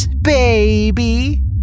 baby